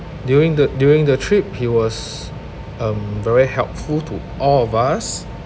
during the during the trip he was um very helpful to all of us